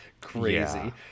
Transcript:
crazy